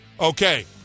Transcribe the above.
Okay